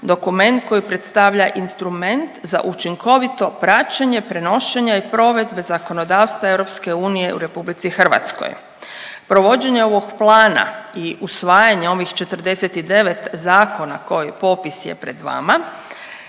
Dokument koji predstavlja instrument za učinkovito praćenje, prenošenje i provedbe zakonodavstva EU u RH. Provođenje ovog plana i usvajanje ovih 49 zakona koji popis je pred vama